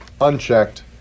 unchecked